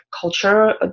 culture